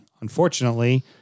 Unfortunately